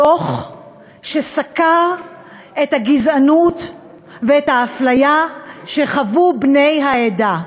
דוח שסקר את הגזענות ואת האפליה שחוו בני העדה,